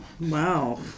Wow